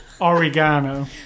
Oregano